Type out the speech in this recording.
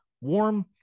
Warm